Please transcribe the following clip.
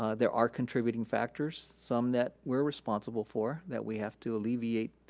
ah there are contributing factors. some that we're responsible for that we have to alleviate